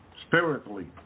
Spiritually